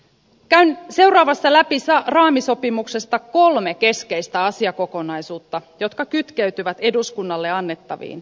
käyn seuraavassa läpi raamisopimuksesta kolme keskeistä asiakokonaisuutta jotka kytkeytyvät eduskunnalle annettaviin esityksiin